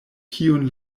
kiun